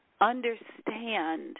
understand